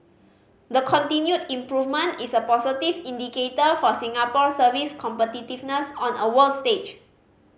the continued improvement is a positive indicator for Singapore's service competitiveness on a world stage